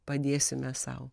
padėsime sau